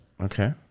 Okay